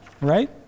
right